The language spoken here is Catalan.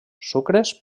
sucres